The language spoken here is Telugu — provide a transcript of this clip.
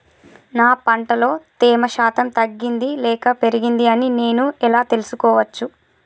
నా పంట లో తేమ శాతం తగ్గింది లేక పెరిగింది అని నేను ఎలా తెలుసుకోవచ్చు?